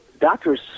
Doctors